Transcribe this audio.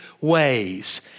ways